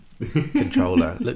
controller